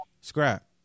Scrap